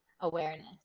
awareness